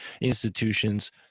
institutions